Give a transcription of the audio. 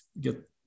get